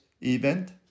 event